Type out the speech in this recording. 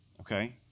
okay